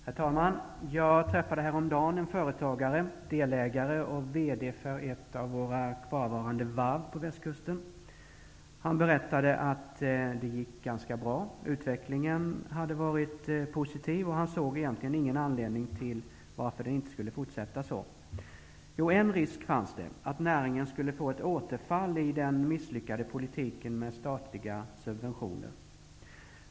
Herr talman! Jag träffade häromdagen en företagare som är delägare i och VD för ett av våra kvarvarande varv på västkusten. Han berättade att det gick ganska bra. Utvecklingen hade varit positiv, och han såg egentligen ingen anledning till att den inte skulle fortsätta så. Jo, en risk fanns det -- att näringen skulle få ett återfall i den misslyckade politiken med statliga subventioner.